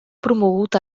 promogut